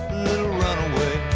runaway